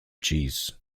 cheese